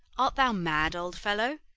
art thou mad, old fellow?